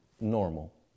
normal